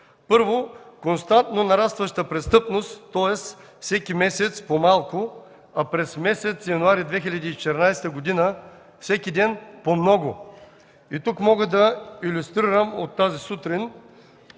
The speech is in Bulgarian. Първо, константно нарастваща престъпност, тоест всеки месец по малко, а през месец януари 2014 г. всеки ден по много. И тук мога да илюстрирам от тази сутрин